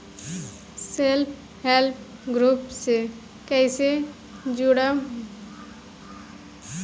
Self help group से कइसे जुड़म?